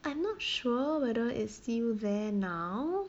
I'm not sure whether it's still there now